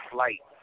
Flight